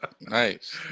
Nice